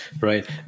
right